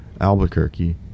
Albuquerque